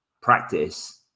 practice